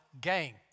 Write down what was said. gang